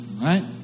right